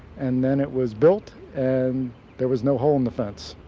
and then it was built and there was no hole in the fence.